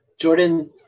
Jordan